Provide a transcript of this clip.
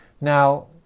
Now